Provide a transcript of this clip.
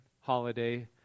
holiday